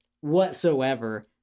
whatsoever